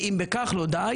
ואם בכך לא די